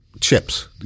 Chips